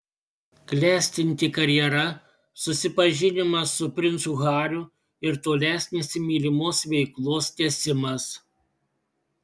klestinti karjera susipažinimas su princu hariu ir tolesnis mylimos veiklos tęsimas